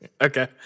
Okay